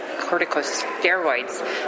corticosteroids